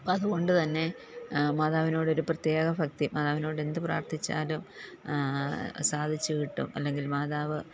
അതുകൊണ്ടുതന്നെ മാതാവിനോടൊരു പ്രത്യേക ഭക്തി മാതാവിനോടെന്ത് പ്രാർത്ഥിച്ചാലും സാധിച്ചു കിട്ടും അല്ലെങ്കിൽ മാതാവ്